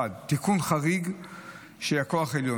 1. תיקון חריג של כוח עליון,